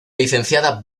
licenciada